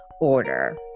order